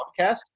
podcast